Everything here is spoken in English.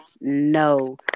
No